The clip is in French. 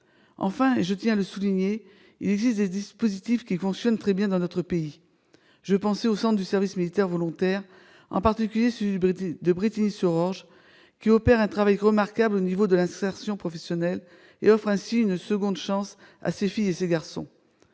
Enfin, je tiens à le souligner, il existe des dispositifs qui fonctionnent très bien dans notre pays. Je pense aux centres du service militaire volontaire, en particulier celui de Brétigny-sur-Orge, qui opèrent un travail remarquable au niveau de l'insertion professionnelle et offrent ainsi une seconde chance à ces filles et ces garçons.